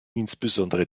insbesondere